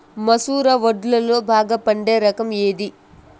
మసూర వడ్లులో బాగా పండే రకం ఏది?